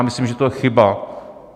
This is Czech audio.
Myslím, že to je chyba.